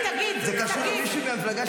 זה קשור למישהו מהמפלגה שלי.